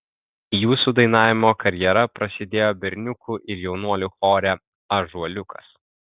jūsų dainavimo karjera prasidėjo berniukų ir jaunuolių chore ąžuoliukas